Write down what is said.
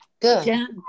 Good